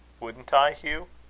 wouldn't i, hugh?